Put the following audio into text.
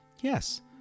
Yes